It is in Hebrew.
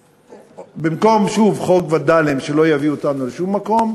במקום חוק וד"לים שלא יביא אותנו לשום מקום,